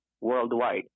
worldwide